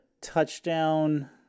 touchdown